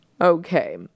okay